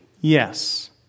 Yes